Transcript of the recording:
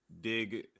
dig